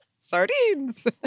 sardines